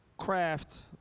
craft